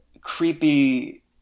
creepy